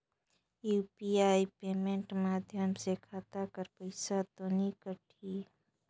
UPI payment माध्यम से खाता कर पइसा तो नी कटही?